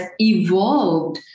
evolved